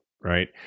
Right